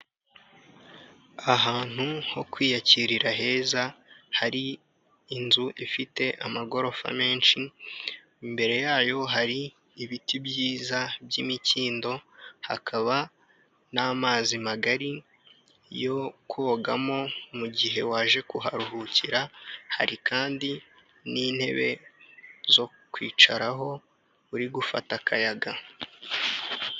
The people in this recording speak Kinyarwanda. Ahantu ho kwiyakirira heza hari inzu ifite amagorofa menshi, imbere yayo hari ibiti byiza by'imikindo hakaba n'amazi magari yo kogamo mu gihe waje kuharuhukira, hari kandi n'intebe zo kwicaraho uri gufata akayaga.